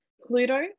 Pluto